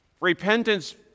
repentance